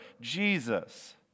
Jesus